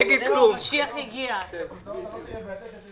כמובן, שכבר --- בנושא הזה ואני יודע ומסכים